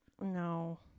No